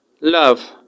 love